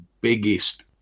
biggest